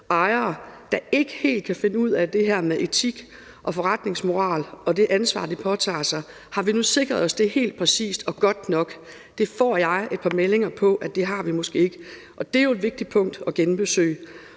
ejere, der ikke helt kan finde ud af det her med etik og forretningsmoral og det ansvar, de påtager sig. Har vi nu sikret os det helt præcist og godt nok? Det får jeg nogle meldinger om at vi måske ikke har. Det er jo et vigtigt punkt at genbesøge.